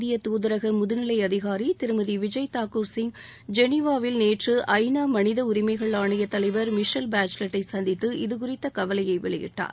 இந்திய தூதரக முதுநிலை அதிகாரி திருமதிவிஜய் தாக்கூர் சிங் ஜெனிவாவில் நேற்று ஜ நா மனித உரிமைகள் ஆணைய தலைவர் மிஷல் பாச்சிலெட் டை சந்தித்து இது குறித்த கவலையை வெளியிட்டார்